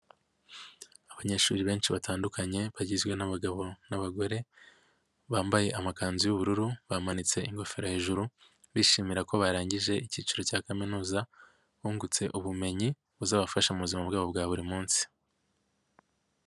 Abanyeshuri benshi batandukanye bagizwe n'abagabo n'abagore, bambaye amakanzu y'ubururu, bamanitse ingofero hejuru bishimira ko barangije icyiciro cya kaminuza, bungutse ubumenyi buzabafasha mubuzima bwabo bwa buri munsi.